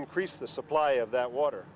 increase the supply of that water